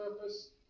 purpose